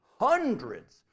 hundreds